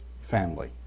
family